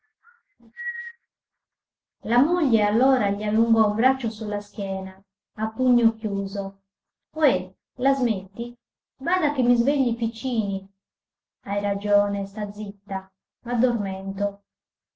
la moglie allora gli allungò un braccio sulla schiena a pugno chiuso ohé la smetti bada che mi svegli i piccini hai ragione sta zitta m'addormento